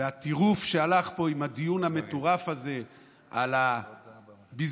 הטירוף שהלך פה עם הדיון המטורף הזה על בזבוז